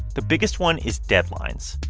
the biggest one is deadlines.